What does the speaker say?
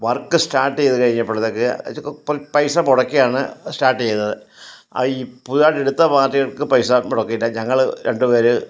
work start ചെയ്ത് കഴിഞ്ഞപ്പളത്തേക്ക് അതിന് പൈസ മുടക്കിയാണ് സ്റ്റാർട്ട് ചെയ്തത് ആ പുതിയതായിട്ട് എടുത്ത പാർട്ടികൾക്ക് പൈസ മുടക്കീല്ല ഞങ്ങൾ രണ്ട് പേർ